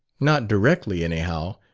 not directly, anyhow.